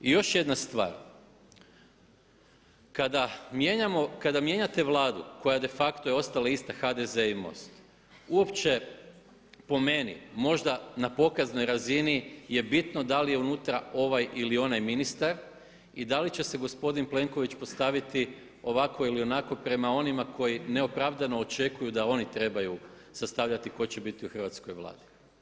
I još jedna stvar, kada mijenjate Vladu koja de facto je ostala ista HDZ i MOST uopće po meni možda na pokaznoj razini je bitno da li je unutra ovaj ili onaj ministar i da li će se gospodin Plenković postaviti ovako ili onako prema onima koji neopravdano očekuju da oni trebaju sastavljati tko će biti u hrvatskoj Vladi.